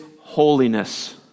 holiness